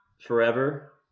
forever